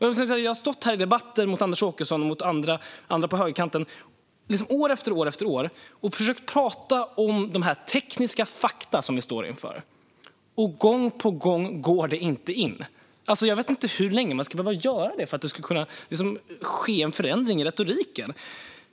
Jag har år efter år debatterat mot Anders Åkesson och andra på högerkanten och försökt ta upp de tekniska fakta som vi står inför. Gång på gång går det inte in. Jag vet inte hur länge jag ska behöva göra det för att det ska ske en förändring i retoriken.